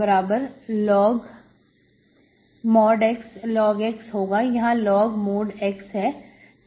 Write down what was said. log x होगा यहां log mod x है